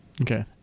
Okay